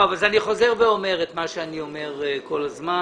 אני חוזר ואומר את מה שאני אומר כל הזמן.